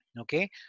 Okay